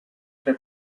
tre